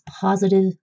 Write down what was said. positive